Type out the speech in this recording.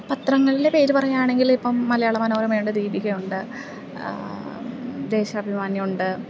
പത്രങ്ങളിലെ പേര് പറയാണെങ്കിൽ ഇപ്പം മലയാള മനോരമ ഉണ്ട് ദീപിക ഉണ്ട് ദേശാഭിമാനി ഉണ്ട്